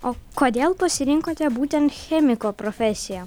o kodėl pasirinkote būtent chemiko profesiją